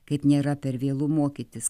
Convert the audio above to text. kaip nėra per vėlu mokytis